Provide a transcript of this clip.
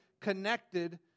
connected